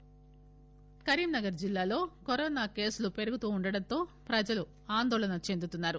కరీంనగర్లో కరోనా కరీంనగర్ జిల్లాలో కరోనా కేసులు పెరుగుతుండడం తో ప్రజలు ఆందోళన చెందుతున్నారు